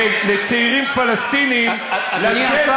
לצעירים פלסטינים לצאת,